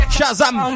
Shazam